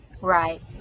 Right